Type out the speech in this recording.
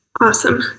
Awesome